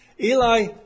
Eli